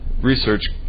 Research